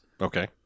Okay